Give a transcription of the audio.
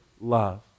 love